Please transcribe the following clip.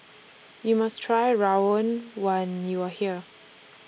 YOU must Try Rawon when YOU Are here